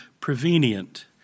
prevenient